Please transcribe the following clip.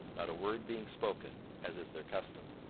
not a word being spoken, as is their custom.